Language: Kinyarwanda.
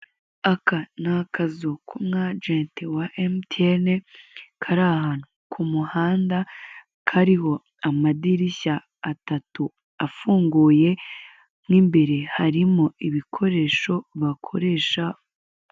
Aka ni akazu k'umwajenti wa MTN kari ahantu ku muhanda, kariho amadirishya atatu afunguye, mo imbere harimo ibikoresho bakoresha.